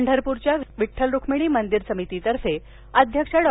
पंढरप्रच्या विड्ठल रुक्मिणी मंदिर समितीतर्फे अध्यक्ष डॉ